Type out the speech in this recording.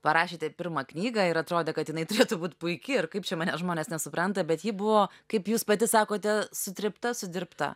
parašėte pirmą knygą ir atrodė kad jinai turėtų būt puiki ir kaip čia manęs žmonės nesupranta bet ji buvo kaip jūs pati sakote sutrypta sudirbta